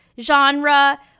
genre